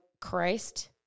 Christ